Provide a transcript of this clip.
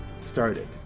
started